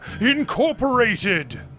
Incorporated